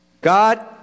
God